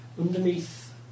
Underneath